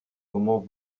comment